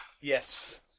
yes